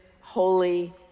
holy